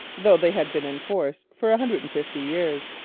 though they had been in force for a hundred and fifty years,